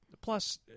Plus